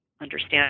understand